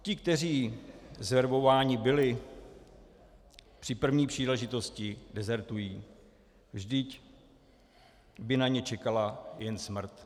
Ti, kteří zverbováni byli, při první příležitosti dezertují, vždyť by na ně čekala jen smrt.